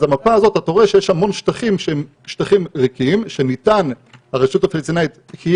אז אתה רואה במפה הזאת שיש המון שטחים ריקים שהרשות הפלסטינית היא